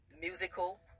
musical